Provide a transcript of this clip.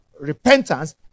Repentance